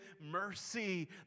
mercy